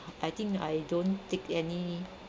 I think I don't take any